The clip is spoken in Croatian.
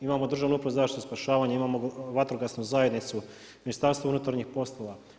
Imamo Državnu upravu za zaštitu i spašavanje, imamo vatrogasnu zajednicu, Ministarstvo unutarnjih poslova.